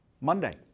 Monday